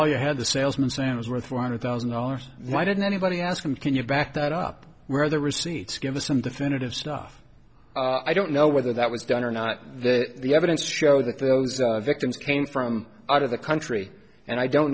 all you had the salesman saying was worth one hundred thousand dollars why didn't anybody ask him can you back that up where the receipts give us some definitive stuff i don't know whether that was done or not the evidence showed that those victims came from out of the country and i don't